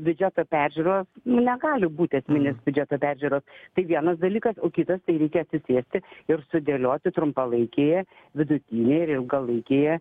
biudžeto peržiūros nu negali būti esminės biudžeto peržiūros tai vienas dalykas o kitas tai reikia atsisėsti ir sudėlioti trumpalaikėje vidutinėj ir ilgalaikėje